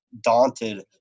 daunted –